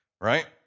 right